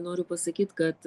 noriu pasakyt kad